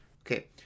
Okay